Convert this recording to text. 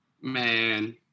Man